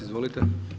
Izvolite.